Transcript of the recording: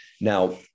now